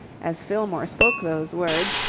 as fillmore spoke those words,